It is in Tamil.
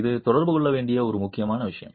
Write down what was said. இது தொடர்பு கொள்ள வேண்டிய ஒரு முக்கியமான விஷயம்